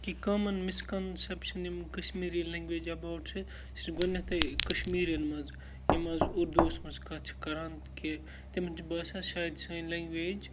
کہِ common misconception یِم Kashmiri language about چھِ سُہ چھِ گۄڈنٮ۪تھٕے کَشمیٖریَن منٛز یِم آز اُردُوَس منٛز کَتھ چھِ کَران کہِ تِمَن چھِ باسان شاید چھِ سٲنۍ لنٛگویج